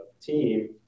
team